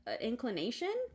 inclination